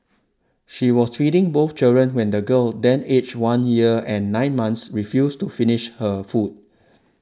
she was feeding both children when the girl then aged one year and nine months refused to finish her food